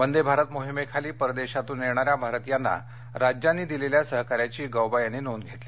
वंदे भारत मोहिमेखाली परदेशातून येणाऱ्या भारतियांना राज्यांनी दिलेल्या सहकार्याची गौबा यांनी नोंद घेतली